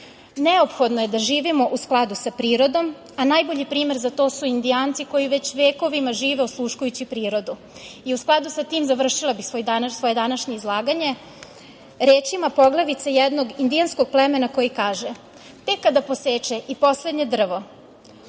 čamca. Neophodno je da živimo u skladu sa prirodom a najbolji primer za to su Indijanci koji već vekovima žive osluškujući prirodu. U skladu sa tim završila bih svoje današnje izlaganje rečima poglavice jednog indijanskog plemena koji kaže – tek kada poseče i poslednje drvo,